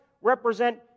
represent